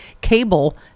cable